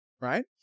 right